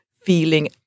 feeling